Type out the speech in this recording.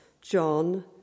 John